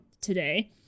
today